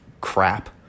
crap